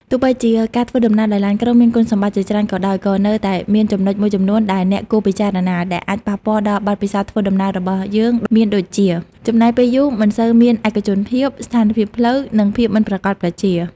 ទោះបីជាការធ្វើដំណើរដោយឡានក្រុងមានគុណសម្បត្តិជាច្រើនក៏ដោយ ក៏នៅតែមានចំណុចមួយចំនួនដែលអ្នកគួរពិចារណា ដែលអាចប៉ះពាល់ដល់បទពិសោធន៍ធ្វើដំណើររបស់យើងមានដូចជា ចំណាយពេលយូរ មិនសូវមានឯកជនភាព ស្ថានភាពផ្លូវ និងភាពមិនប្រាកដប្រជា។